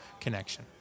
connection